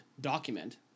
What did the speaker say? document